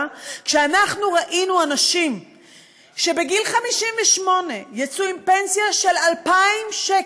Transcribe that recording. כשאנחנו ראינו אנשים שבגיל 58 יצאו עם פנסיה של 2,000 שקל?